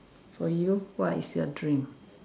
for you what is your dream